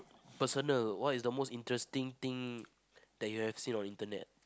personal what is the most interesting thing that you've seen on internet